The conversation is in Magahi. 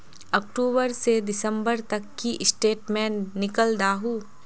अक्टूबर से दिसंबर तक की स्टेटमेंट निकल दाहू?